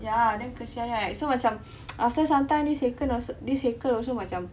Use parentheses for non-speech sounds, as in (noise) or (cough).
ya damn kasihan right so macam (noise) after some time this haikel also this haikel also macam